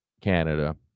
Canada